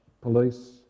police